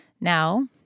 Now